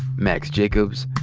max jacobs,